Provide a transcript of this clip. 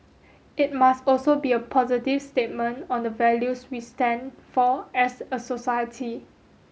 it must also be a positive statement on the values we stand for as a society